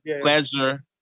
pleasure